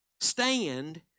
stand